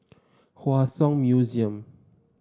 Hua Song Museum